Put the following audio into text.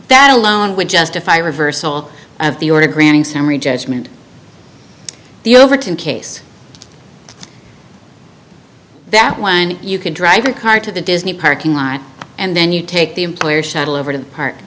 that alone would justify reversal of the order granting summary judgment the overton case that one you can drive your car to the disney parking lot and then you take the employer shuttle over to